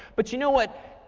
but you know what?